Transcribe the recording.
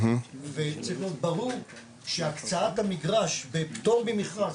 וצריך להיות ברור שהקצאת המגרש בפטור ממכרז,